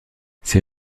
ces